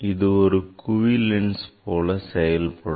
இது ஒரு குவி லென்ஸ் போல செயல்படும்